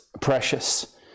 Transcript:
precious